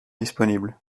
disponible